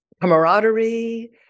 camaraderie